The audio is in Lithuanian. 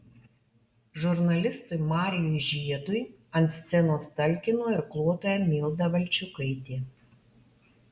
žurnalistui marijui žiedui ant scenos talkino irkluotoja milda valčiukaitė